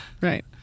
Right